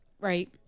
Right